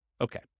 Okay